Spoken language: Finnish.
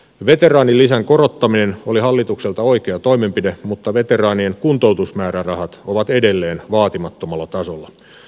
veteraanilisän korottaminen oli hallitukselta oikea toimenpide mutta veteraanien kuntoutusmäärärahat ovat edelleen vaatimattomalla tasolla